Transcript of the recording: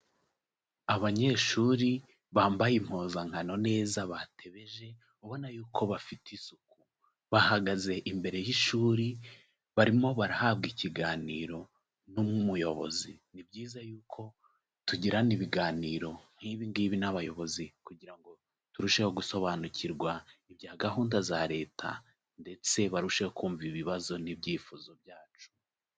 Abanyeshuri bambaye impuzankano neza batebeje ubona yuko bafite isuku, bahagaze imbere y'ishuri barimo barahabwa ikiganiro n'umuyobozi. Ni byiza yuko tugirana ibiganiro nk'ibi ngibi n'abayobozi kugira ngo turusheho gusobanukirwa ibya gahunda za Leta ndetse barusheho kumva ibibazo n'ibyifuzo byacu.